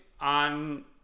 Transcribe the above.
on